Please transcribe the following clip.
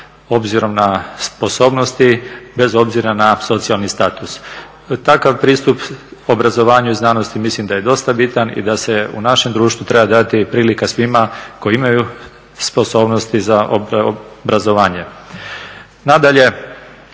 obzirom na sposobnosti, bez obzira na socijalni status. Takav pristup obrazovanju i znanosti mislim da je dosta bitan i da se u našem društvu treba dati prilika svima koji imaju sposobnosti za obrazovanje. Nadalje,